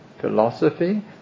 philosophy